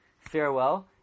farewell